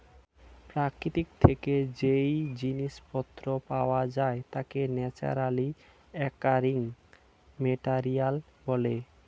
প্রকৃতি থেকে যেই জিনিস পত্র পাওয়া যায় তাকে ন্যাচারালি অকারিং মেটেরিয়াল বলে